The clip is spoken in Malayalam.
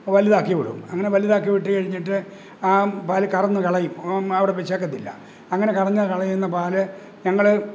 വലുതാക്കി വിടും അങ്ങനെ വലുതാക്കി വിട്ട് കഴിഞ്ഞിട്ട് ആ പാല് കറന്നുകളയും അവിടെ വെച്ചേക്കത്തില്ല അങ്ങനെ കറന്നുകളയുന്ന പാല് ഞങ്ങള്